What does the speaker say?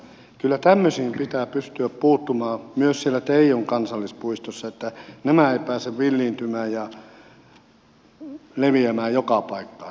kyllä tämmöisiin pitää pystyä puuttumaan myös siellä teijon kansallispuistossa että nämä eivät pääse villiintymään ja leviämään joka paikkaan